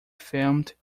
filmed